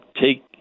take –